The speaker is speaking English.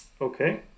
Okay